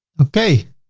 okay.